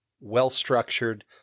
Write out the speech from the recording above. well-structured